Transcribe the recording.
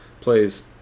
plays